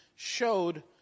showed